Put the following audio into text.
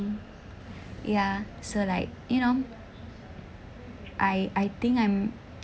ya so like you know I I think I'm